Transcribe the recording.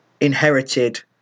inherited